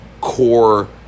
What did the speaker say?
core